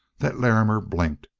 that larrimer blinked,